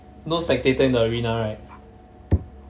no spectator in the arena right